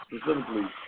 specifically